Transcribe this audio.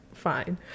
fine